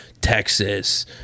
texas